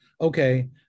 okay